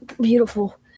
beautiful